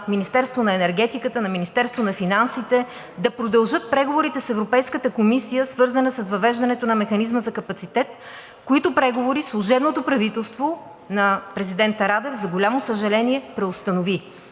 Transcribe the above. Министерството на енергетиката и на Министерството на финансите да продължат преговорите с Европейската комисия, свързани с въвеждането на механизма за капацитет – преговорите, които служебното правителство на президента Радев, за голямо съжаление, преустанови.